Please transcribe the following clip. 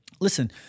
listen